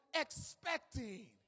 expecting